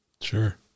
Sure